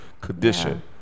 condition